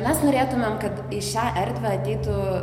mes norėtumėm kad į šią erdvę ateitų